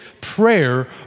prayer